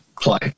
play